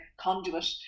conduit